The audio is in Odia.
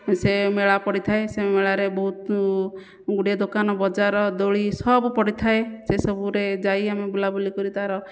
ସେ ମେଳା ପଡ଼ିଥାଏ ସେ ମେଳାରେ ବହୁତ ଗୁଡ଼ିଏ ଦୋକାନ ବଜାର ଦୋଳି ସବୁ ପଡ଼ିଥାଏ ସେସବୁରେ ଯାଇ ଆମେ ବୁଲାବୁଲି କରି ତା'ର